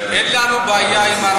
אין לנו בעיה עם הרבנות,